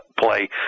play